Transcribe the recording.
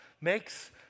makes